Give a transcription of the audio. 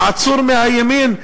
עצור מהימין,